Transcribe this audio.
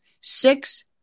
Six